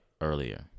Earlier